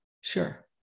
Sure